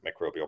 microbial